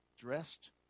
dressed